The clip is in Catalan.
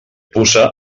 puça